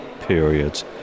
periods